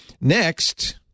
Next